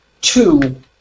two